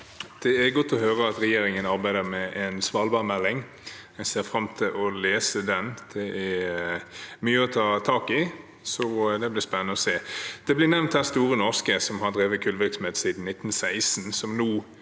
Det er godt å høre at regjeringen arbeider med en svalbardmelding. Jeg ser fram til å lese den. Det er mye å ta tak i, så det blir spennende å se. Man har nevnt Store Norske, som har drevet kullvirksomhet siden 1916, og